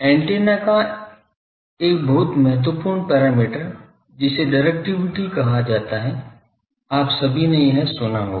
antenna का बहुत महत्वपूर्ण पैरामीटर जिसे डायरेक्टिविटी कहा जाता है आप सभी ने यह सुना होगा